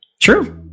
True